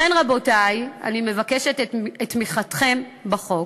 לכן, רבותי, אני מבקשת את תמיכתכם בחוק.